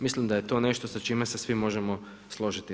Mislim da je to nešto sa čime se svi možemo složiti.